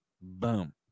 Boom